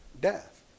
death